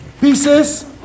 pieces